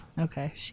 Okay